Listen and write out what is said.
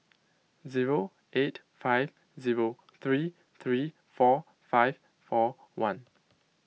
zero eight five zero three three four five four one